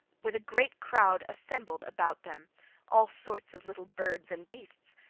with a great crowd assembled about them all sorts of little birds and beasts,